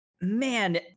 man